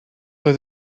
oedd